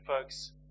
folks